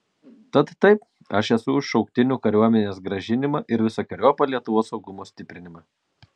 tad taip aš esu už šauktinių kariuomenės grąžinimą ir visokeriopą lietuvos saugumo stiprinimą